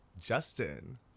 Justin